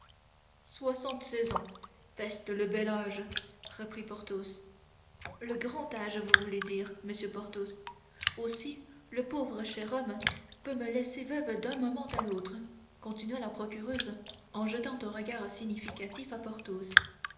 soixante-seize ans peste le bel âge reprit porthos le grand âge vous voulez dire monsieur porthos aussi le pauvre cher homme peut me laisser veuve d'un moment à l'autre continua la procureuse en jetant un regard significatif